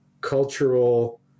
cultural